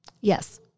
Yes